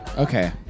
Okay